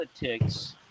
politics